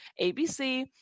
ABC